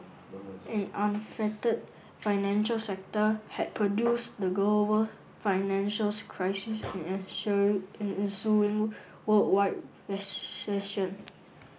an unfettered financial sector had produced the global financial crisis and ensuing ensuing worldwide recession